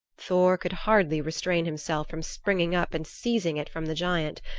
thor could hardly restrain himself from springing up and seizing it from the giant.